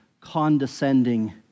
condescending